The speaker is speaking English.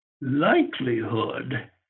likelihood